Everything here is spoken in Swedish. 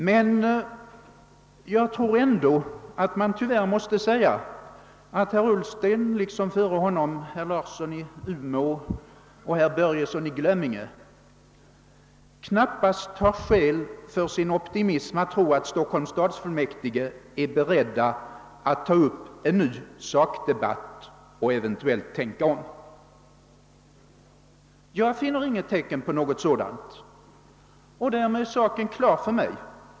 Men jag tror ändå att man tyvärr måste säga att herr Ullsten liksom före honom herr Larsson i Umeå och herr Börjesson i Glömminge visat ogrundad optimism när de velat tro att Stockholms stadsfullmäktige är redo att ta upp en ny sakdebatt och eventuellt tänka om. Jag finner inga tecken på något sådant, och därmed är saken klar för mig.